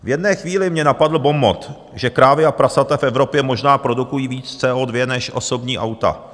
V jedné chvíli mě napadl bonmot, že krávy a prasata v Evropě možná produkují víc CO2 než osobní auta.